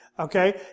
Okay